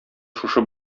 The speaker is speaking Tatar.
шушы